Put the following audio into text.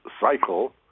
cycle